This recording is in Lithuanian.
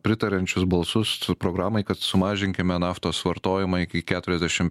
pritariančius balsus programai kad sumažinkime naftos vartojimą iki keturiasdešim